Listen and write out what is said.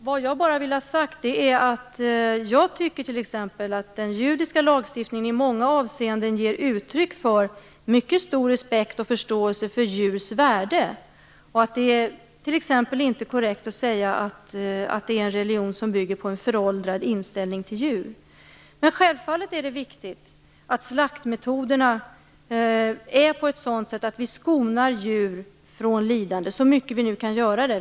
Vad jag bara vill ha sagt är att jag tycker att t.ex. den judiska lagstiftningen i många avseenden ger uttryck för mycket stor respekt och förståelse för djurs värde. Det är t.ex. inte korrekt att säga att det är en religion som bygger på en föråldrad inställning till djur. Självfallet är det viktigt att slaktmetoderna är sådana att vi skonar djur från lidande - så mycket vi nu kan göra det.